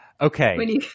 Okay